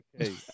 Okay